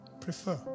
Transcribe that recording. prefer